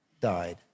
died